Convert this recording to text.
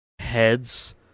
heads